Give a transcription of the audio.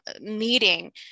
meeting